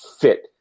fit